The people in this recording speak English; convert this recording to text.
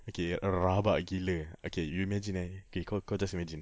okay uh rabak gila okay you imagine eh okay kau kau just imagined